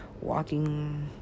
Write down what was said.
walking